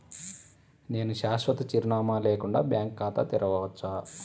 నేను శాశ్వత చిరునామా లేకుండా బ్యాంక్ ఖాతా తెరవచ్చా?